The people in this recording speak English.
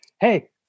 Hey